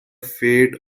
fate